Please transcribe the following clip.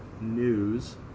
news